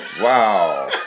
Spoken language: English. Wow